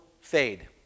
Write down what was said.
fade